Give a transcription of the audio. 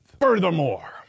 Furthermore